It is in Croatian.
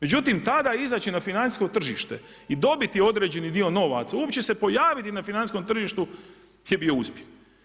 Međutim, tada izaći na financijsko tržište i dobiti određeni dio novaca, uopće se pojaviti na financijskom tržištu je bio uspjeh.